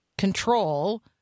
control